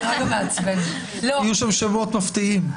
יהיו שם שמות מפתיעים...